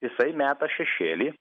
jisai meta šešėlį